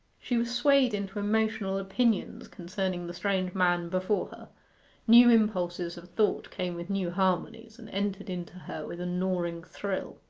she was swayed into emotional opinions concerning the strange man before her new impulses of thought came with new harmonies, and entered into her with a gnawing thrill.